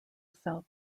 south